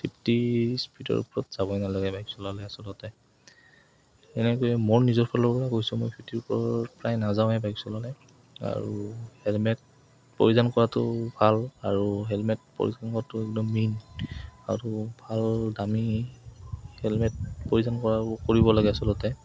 fifty স্পীডৰ ওপৰত যাবই নালাগে বাইক চলালে আচলতে এনেকৈ মোৰ নিজৰ ফালৰ পৰা কৈছোঁ মই ফিফটিৰ ওপৰত প্ৰায় নাযাওঁৱেই বাইক চলালে আৰু হেলমেট প্ৰয়োজন কৰাটো ভাল আৰু হেলমেট পৰিধান কৰাটো একদম মেইন আৰু ভাল দামী হেলমেট পৰিধান কৰা কৰিব লাগে আচলতে